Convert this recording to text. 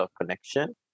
connection